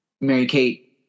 Mary-Kate